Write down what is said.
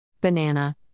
Banana